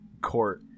court